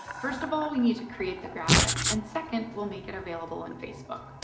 first of all, we need to create the graphic and second, we'll make it available on facebook.